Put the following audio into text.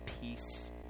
peace